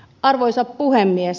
arvoisa puhemies